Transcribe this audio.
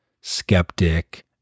skeptic